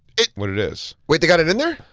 it what it is. wait, they got it in there?